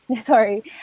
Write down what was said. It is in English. Sorry